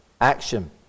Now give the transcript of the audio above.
action